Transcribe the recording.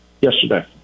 yesterday